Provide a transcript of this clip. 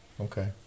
Okay